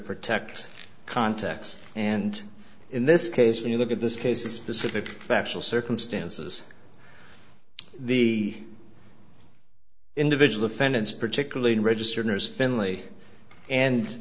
protect contacts and in this case when you look at this case in specific factual circumstances the individual offense particularly in registered nurse finley and